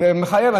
זה מחייב.